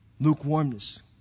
Lukewarmness